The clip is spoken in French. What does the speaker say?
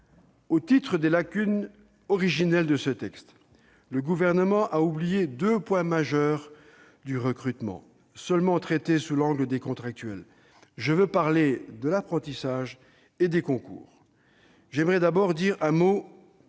Au titre des lacunes originelles du texte, le Gouvernement a oublié deux points majeurs au sujet du recrutement, seulement traité sous l'angle des contractuels : je veux parler de l'apprentissage et des concours. J'aimerais d'abord dire un mot